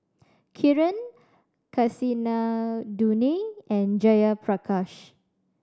Kiran Kasinadhuni and Jayaprakash